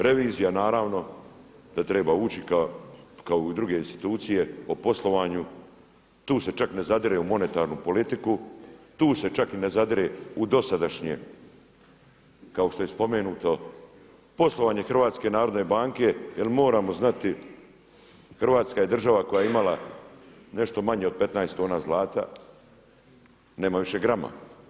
Revizija naravno da treba ući kao i u druge institucije o poslovanju, tu se čak ne zadire u monetarnu politiku, tu se čak i ne zadire u dosadašnje kao što je spomenuto poslovanje HNB-a jer moramo znati Hrvatska je država koja je imala nešto manje od 15 tona zlata, nema više grama.